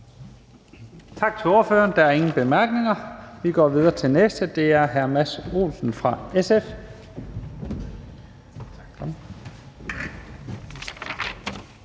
Tak til ordføreren. Der er ingen korte bemærkninger. Vi går videre til den næste, og det er hr. Mads Olsen fra SF.